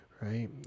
right